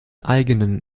eigenen